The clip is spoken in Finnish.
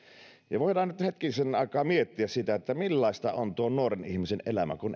nyt hetkisen aikaa miettiä sitä millaista on tuon nuoren ihmisen elämä kun